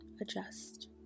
adjust